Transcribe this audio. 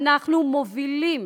ואנחנו מובילים,